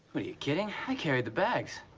but are you kidding? i carried the bags.